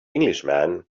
englishman